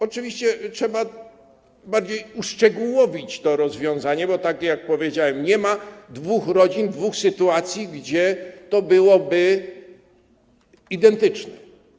Oczywiście trzeba bardziej uszczegółowić to rozwiązanie, bo tak jak powiedziałem, nie ma dwóch rodzin, dwóch sytuacji, gdzie to byłoby identyczne.